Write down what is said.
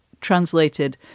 translated